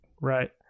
right